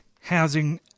housing